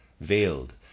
veiled